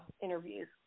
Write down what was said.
interviews